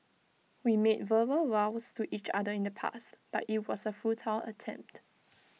we made verbal vows to each other in the past but IT was A futile attempt